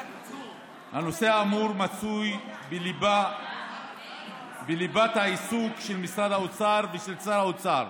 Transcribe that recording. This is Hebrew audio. הנושא האמור מצוי בליבת העיסוק של משרד האוצר ושל שר האוצר